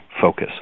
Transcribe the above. focus